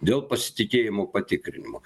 dėl pasitikėjimo patikrinimo